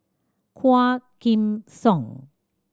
Quah Kim Song